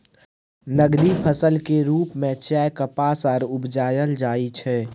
नकदी फसल के रूप में चाय, कपास आर उपजाएल जाइ छै